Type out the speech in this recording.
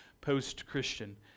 post-Christian